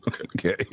Okay